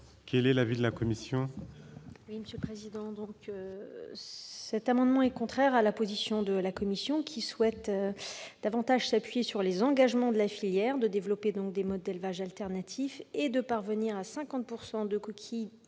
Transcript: Quel est l'avis de la commission ?